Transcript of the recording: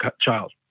child